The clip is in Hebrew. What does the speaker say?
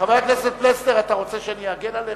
חבר הכנסת פלסנר, אתה רוצה שאני אגן עליך?